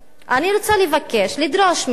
אני רוצה לבקש, לדרוש, מהשר